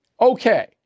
Okay